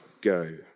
go